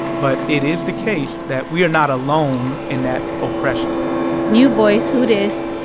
but it is the case that we are not alone in that oppression new voice, who dis?